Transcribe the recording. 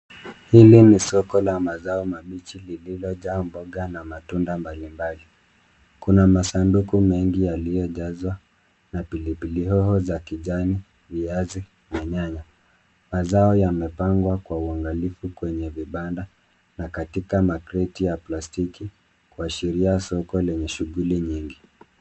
Hili ni soko la mazao mabichi lililozaa matunda na mboga mbalimbali. Kuna masanduku mengi yaliyojazwa na pilipili hoho za kijani, viazi na nyanya. Mazao yamepangwa kwa uangalifu kwenye vibanda na katika makreti ya plastiki kuashiria soko lenye shughuli nyingi.